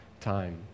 time